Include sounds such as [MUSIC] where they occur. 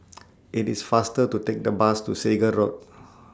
[NOISE] IT IS faster to Take The Bus to Segar Road